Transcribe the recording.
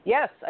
Yes